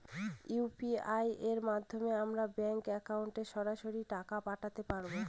UPI এর মাধ্যমে আমরা ব্যাঙ্ক একাউন্টে সরাসরি টাকা পাঠাতে পারবো?